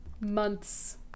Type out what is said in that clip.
Months